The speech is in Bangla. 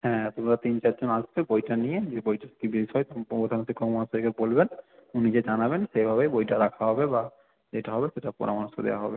হ্যাঁ তোমরা তিন চারজন আসবে বইটা নিয়ে যে বইটার কী বিষয় প্রধান শিক্ষক মহাশয়কে বলবেন উনি যা জানাবেন সেভাবেই বইটা রাখা হবে বা যেটা হবে সেটার পরামর্শ দেওয়া হবে